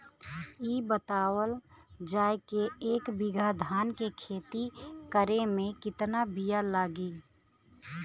इ बतावल जाए के एक बिघा धान के खेती करेमे कितना बिया लागि?